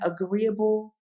agreeable